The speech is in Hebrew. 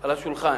על השולחן.